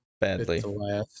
Badly